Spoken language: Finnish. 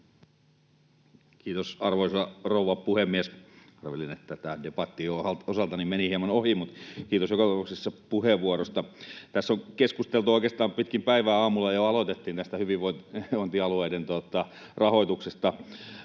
Kiitos, arvoisa rouva puhemies! Arvelin, että tämä debatti osaltani meni hieman ohi, mutta kiitos joka tapauksessa puheenvuorosta. Tässä on keskusteltu oikeastaan pitkin päivää, aamulla jo aloitettiin, tästä hyvinvointialueiden rahoituksesta